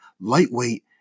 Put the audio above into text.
lightweight